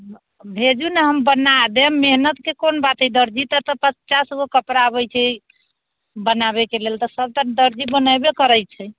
भेजू ने हम बना देम मेहनतके कोन बात अइ दर्जी एतऽ तऽ पचासगो कपड़ा अबै छै बनाबैके लेल तऽ सबटा दर्जी बनेबे करै छै